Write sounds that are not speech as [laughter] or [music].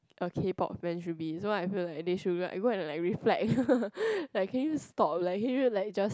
a K-Pop fan should be so I feel like they should like go and like reflect [laughs] like can you stop like can you like just